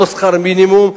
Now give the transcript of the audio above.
לא שכר מינימום,